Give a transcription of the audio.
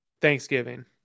thanksgiving